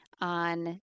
on